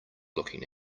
looking